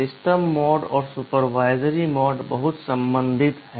system mode और supervisory mode बहुत संबंधित हैं